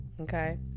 Okay